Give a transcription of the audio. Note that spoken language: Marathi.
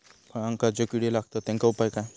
फळांका जो किडे लागतत तेनका उपाय काय?